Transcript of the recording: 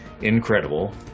incredible